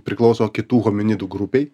priklauso kitų hominidų grupei